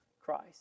Christ